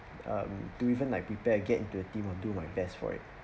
um to even like prepare get into a team I'll do my best for it